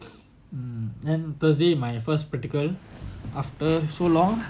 um then thursday my first practical after so long